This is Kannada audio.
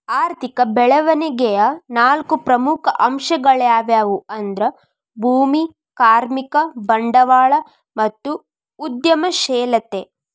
ಆರ್ಥಿಕ ಬೆಳವಣಿಗೆಯ ನಾಲ್ಕು ಪ್ರಮುಖ ಅಂಶಗಳ್ಯಾವು ಅಂದ್ರ ಭೂಮಿ, ಕಾರ್ಮಿಕ, ಬಂಡವಾಳ ಮತ್ತು ಉದ್ಯಮಶೇಲತೆ